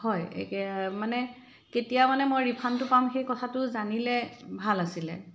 হয় মানে কেতিয়া মানে মই ৰিফাণ্ডটো পাম সেই কথাটো জানিলে ভাল আছিল